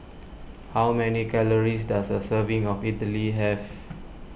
how many calories does a serving of Idili have